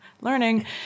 learning